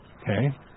Okay